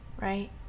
right